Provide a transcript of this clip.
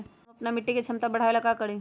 हम अपना मिट्टी के झमता बढ़ाबे ला का करी?